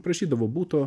prašydavo buto